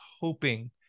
hoping